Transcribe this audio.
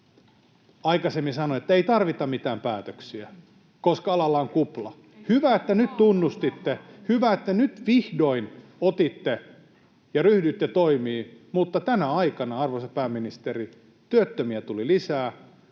aikaisemmin sanoi, että ei tarvita mitään päätöksiä, koska alalla on kupla. Hyvä, että nyt tunnustitte, hyvä, että nyt vihdoin otitte ja ryhdyitte toimiin, mutta tänä aikana, arvoisa pääministeri, työttömiä tuli lisää